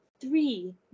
Three